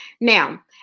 Now